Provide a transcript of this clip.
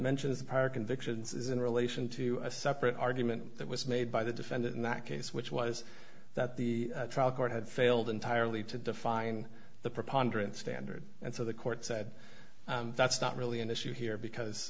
convictions is in relation to a separate argument that was made by the defendant in that case which was that the trial court had failed entirely to define the preponderance standard and so the court said that's not really an issue here because